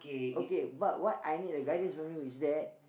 okay but what I need a guidance for me is that